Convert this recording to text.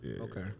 Okay